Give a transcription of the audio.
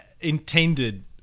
intended